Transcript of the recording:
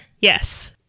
Yes